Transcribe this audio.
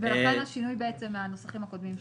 לכן השינוי מן הנוסחים הקודמים שהיו.